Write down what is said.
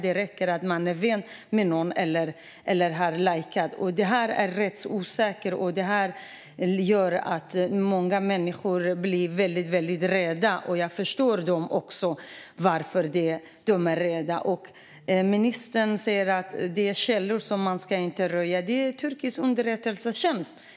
Det räcker med att man är vän med någon eller har lajkat något. Det här är rättsosäkert. Många människor blir väldigt, väldigt rädda, och jag förstår varför. Ministern säger att man inte ska röja källor. Det är turkisk underrättelsetjänst!